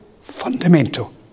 fundamental